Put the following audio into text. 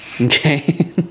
Okay